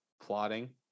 plotting